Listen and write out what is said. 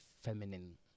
feminine